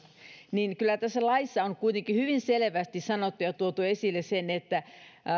niin kyllä tässä laissa on kuitenkin hyvin selvästi sanottu ja tuotu esille se että